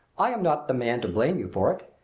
i am not the man to blame you for it.